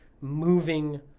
moving